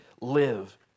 live